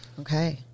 Okay